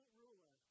ruler